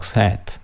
hat